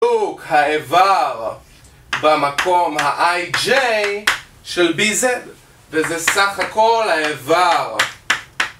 האיבר במקום ה-IJ של BZ, וזה סך הכל האיבר.